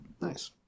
nice